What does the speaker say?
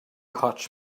hotch